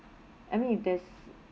I mean there's